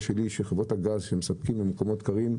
שכשחברות הגז מספקות למקומות קרים,